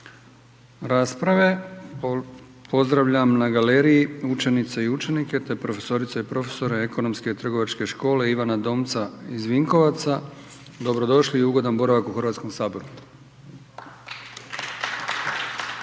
rasprave pozdravljam na galeriji učenice i učenike te profesorice i profesore Ekonomske i trgovačke škole Ivana Domca iz Vinkovaca. Dobro došli i ugodan boravak u Hrvatskom saboru.